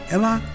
Ella